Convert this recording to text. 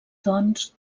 doncs